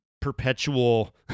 perpetual